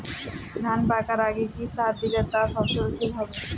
ধান পাকার আগে কি সার দিলে তা ফলনশীল হবে?